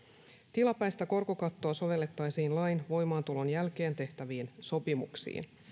tilapäistä korkokattoa sovellettaisiin lain voimaantulon jälkeen tehtäviin sopimuksiin